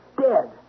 Dead